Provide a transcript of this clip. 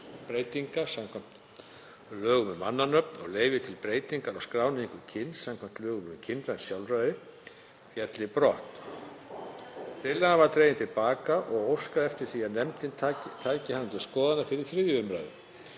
nafnbreytinga samkvæmt lögum um mannanöfn og leyfis til breytinga á skráningu kyns samkvæmt lögum um kynrænt sjálfræði, félli brott. Tillagan var dregin til baka og óskað eftir því að nefndin tæki hana til skoðunar fyrir 3. umr.